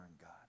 God